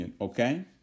Okay